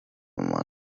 مما